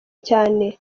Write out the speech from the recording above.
cyane